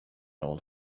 old